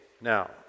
Now